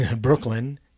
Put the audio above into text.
Brooklyn